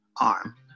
arm